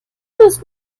ist